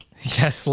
Yes